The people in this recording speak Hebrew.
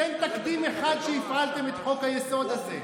תן תקדים אחד שבו הפעלתם את חוק-היסוד הזה.